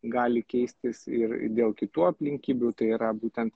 gali keistis ir dėl kitų aplinkybių tai yra būtent